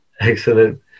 Excellent